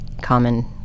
common